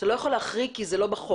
שאתה לא יכול להחריג כי זה לא בחוק,